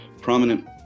prominent